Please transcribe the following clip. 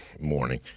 morning